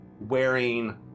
wearing